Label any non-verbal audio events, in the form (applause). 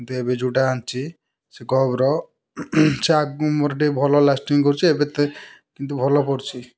କିନ୍ତୁ ଏବେ ଯେଉଁଟା ଆଣଛି ସେ ଗବ୍ର (unintelligible) ଲାଷ୍ଟିଂ କରୁଛି ଏବେ ତ କିନ୍ତୁ ଭଲ ପଡ଼ୁଛି